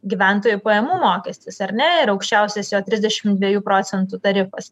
gyventojų pajamų mokestis ar ne ir aukščiausias jo trisdešim dviejų procentų tarifas